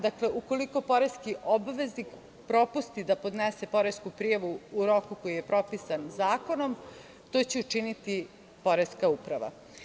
Dakle, ukoliko poreski obaveznik propusti da podnese poresku prijavu u roku koji je propisan zakonom to će učiniti poreska uprava.